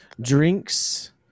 drinks